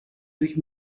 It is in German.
durch